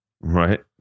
Right